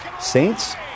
Saints